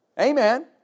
Amen